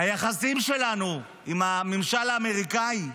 היחסים שלנו עם הממשל האמריקאי,